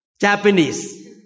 Japanese